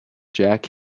jack